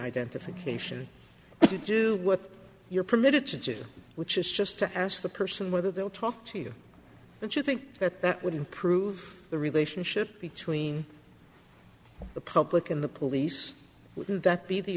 identification to do what you're permitted to do which is just to ask the person whether they'll talk to you but you think that that would improve the relationship between the public and the police wouldn't that be the